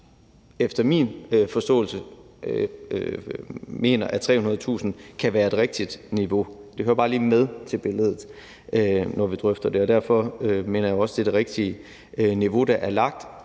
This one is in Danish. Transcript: efter min forståelse mener, at 300.000 kr. kan være et rigtigt niveau. Det hører med til billedet, når vi drøfter det, og derfor mener jeg også, at det er det rigtige niveau, der er lagt.